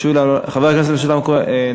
יעלה חבר הכנסת משולם נהרי,